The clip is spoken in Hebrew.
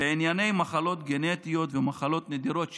בענייני מחלות גנטיות ומחלות נדירות,